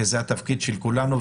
וזה התפקיד של כולנו.